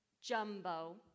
jumbo